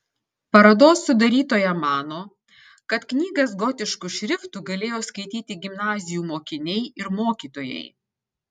parodos sudarytoja mano kad knygas gotišku šriftu galėjo skaityti gimnazijų mokiniai ir mokytojai